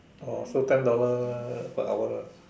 orh so ten dollars per hour lah